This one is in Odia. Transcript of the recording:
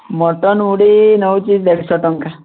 ମଟନ୍ ମୁଢ଼ି ନେଉଛି ଦେଢ଼ ଶହ ଟଙ୍କା